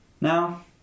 Now